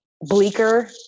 bleaker